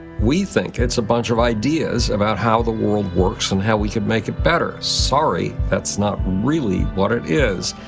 we think it's a bunch of ideas about how the world works and how we can make it better. sorry, that's not really what it is.